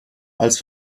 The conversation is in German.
als